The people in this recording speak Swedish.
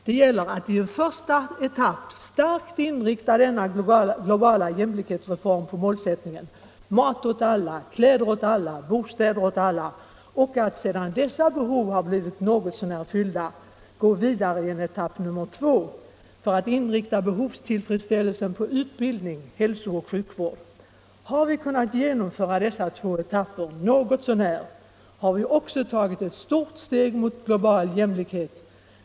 Det gäller att i en första etapp starkt inrikta denna globala jämlikhetsreform på målsättningen: mat åt alla, kläder åt alla, bostäder åt alla. Sedan dessa behov något så när blivit fyllda gäller det att gå vidare i en andra etapp för att inrikta behovstillfredsställelsen på utbildning samt hälsooch sjukvård. Har vi kunnat genomföra dessa två etapper något så när har vi också tagit ett stort steg mot global jämlikhet.